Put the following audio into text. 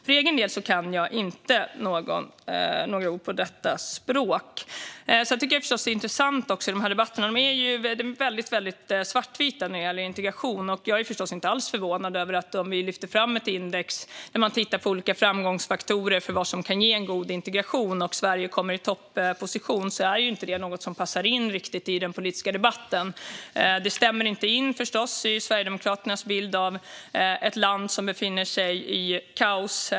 För egen del kan jag inte några ord på detta språk. Jag tycker att det är intressant att debatterna om integration blir väldigt svartvita. Om vi i ett index där man tittar på olika framgångsfaktorer för vad som kan ge en god integration ser att Sverige hamnar i topposition är jag förstås inte alls förvånad över att det är något som inte riktigt passar in i den politiska debatten, för det stämmer förstås inte med Sverigedemokraternas bild av ett land som befinner sig i kaos.